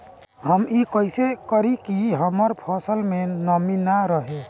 हम ई कइसे करी की हमार फसल में नमी ना रहे?